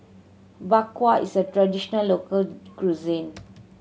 Bak Kwa is a traditional local cuisine